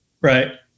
Right